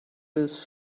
his